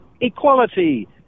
equality